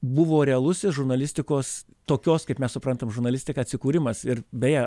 buvo realusis žurnalistikos tokios kaip mes suprantam žurnalistiką atsikūrimas ir beje